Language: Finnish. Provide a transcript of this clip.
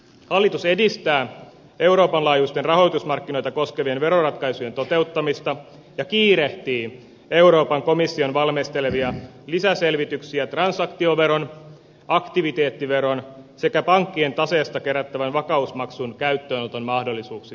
hallitus edistää euroopan laajuisten rahoitusmarkkinoita koskevien veroratkaisujen toteuttamista ja kiirehtii euroopan komission valmistelemia lisäselvityksiä transaktioveron aktiviteettiveron sekä pankkien taseesta kerättävän vakausmaksun käyttöönoton mahdollisuuksista